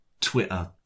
Twitter